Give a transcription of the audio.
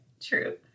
True